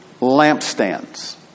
lampstands